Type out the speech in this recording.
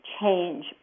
change